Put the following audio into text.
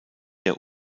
der